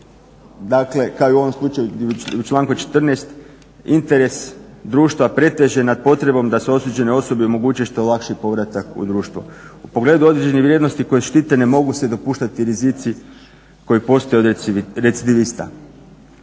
Dakle, kao i u ovom slučaju i u članku 14. interes društva preteže nad potrebom da se osuđene osobe omoguće što lakši povratak u društvo. U pogledu određenih vrijednosti koje štite ne mogu se dopuštati rizici koji postoje od recidivista.